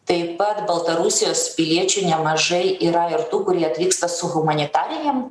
taip pat baltarusijos piliečių nemažai yra ir tų kurie atvyksta su humanitarinėm